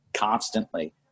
constantly